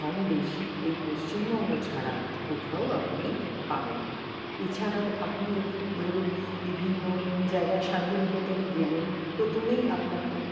সন্দেশ এই পশ্চিমবঙ্গ ছাড়া কোথাও আপনি পাবেন না এছাড়াও আপনি যখন ধরুন বিভিন্ন জায়গায় শান্তিনিকেতনে গেলেন প্রথমেই আপনাকে